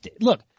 Look